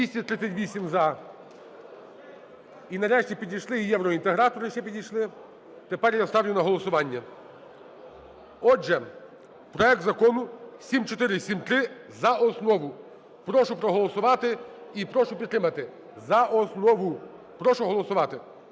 За-238 І нарешті підійшли, ієвроінтегратори ще підійшли. Тепер я ставлю на голосування. Отже, проект Закону 7473 за основу. Прошу проголосувати і прошу підтримати за основу. Прошу голосувати.